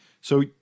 So-